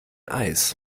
eis